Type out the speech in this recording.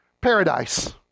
Paradise